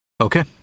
Okay